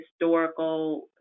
historical